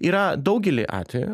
yra daugelį atvejų